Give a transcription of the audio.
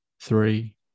three